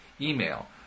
email